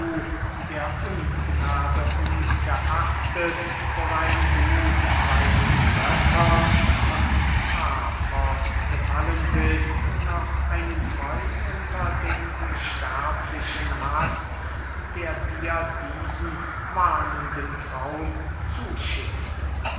der ungnade ungeachtet worein du bey den göttern von pafos gefallen bist noch einen freund unter den unsterblichen hast der dir diesen warnenden traum zuschickte